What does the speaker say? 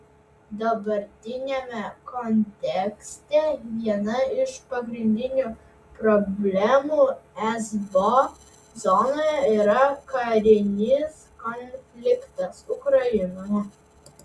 dabartiniame kontekste viena iš pagrindinių problemų esbo zonoje yra karinis konfliktas ukrainoje